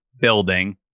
building